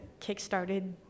kickstarted